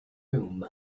room